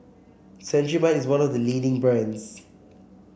Cetrimide is one of the leading brands